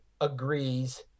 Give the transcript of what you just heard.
agrees